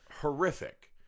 Horrific